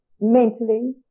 mentally